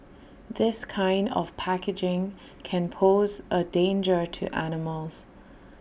this kind of packaging can pose A danger to animals